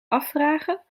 afvragen